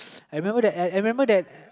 I remember that I remembered that